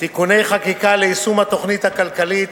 (תיקוני חקיקה ליישום התוכנית הכלכלית